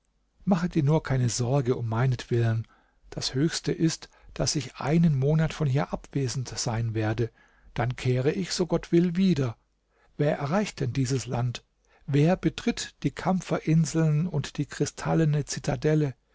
mache dir nur keine sorge um meinetwillen das höchste ist daß ich einen monat von hier abwesend sein werde dann kehre ich so gott will wieder wer erreicht denn dieses land wer betritt die kampferinseln und die kristallene zitadelle